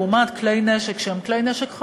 לעומת כלי נשק חמים,